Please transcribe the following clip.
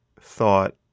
thought